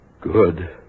Good